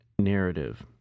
Narrative